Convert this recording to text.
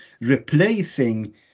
replacing